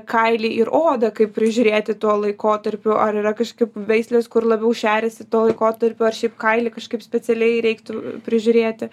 kailį ir odą kaip prižiūrėti tuo laikotarpiu ar yra kažkaip veislės kur labiau šeriasi tuo laikotarpiu ar šiaip kailį kažkaip specialiai reiktų prižiūrėti